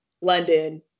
London